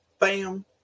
bam